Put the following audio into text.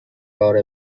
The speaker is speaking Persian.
بار